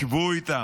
שבו איתם,